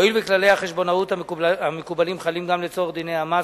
הואיל וכללי החשבונאות המקובלים חלים גם לצורך דיני המס,